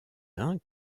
uns